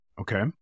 Okay